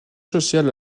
social